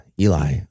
Eli